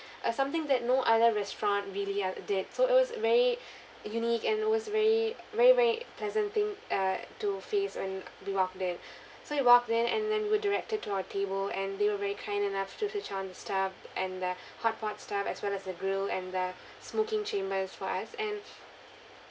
uh something that no other restaurant really uh did so it was very unique and it was very very very pleasant thing uh to face when we walked in so we walked in and then we're directed to our table and they were very kind enough to switch on the stub and the hotpot stub as well as the grill and the smoking chambers for us and